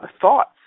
thoughts